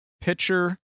pitcher